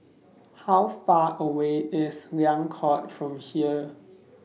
How Far away IS Liang Court from here